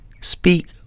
speak